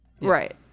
Right